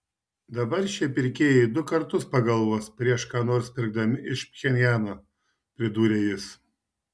dabar šie pirkėjai du kartus pagalvos prieš ką nors pirkdami iš pchenjano pridūrė jis